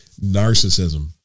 narcissism